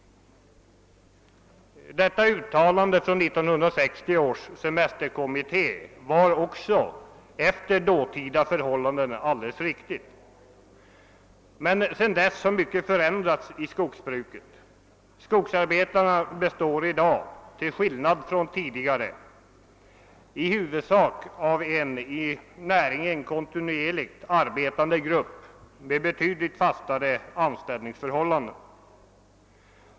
Detta uttalande från 1960 års semesterkommitté var också efter dåtida förhållande alldeles riktigt. Men sedan dess har mycket förändrats i skogsbruket. Skogsarbetarna består. i dag, till skillnad från tidigare i huvudsak av en 1 näringen kontinuerligt arbetande grupp med betydligt fastare anställningsförhållanden.